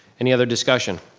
any other discussion?